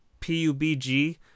PUBG